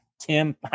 Tim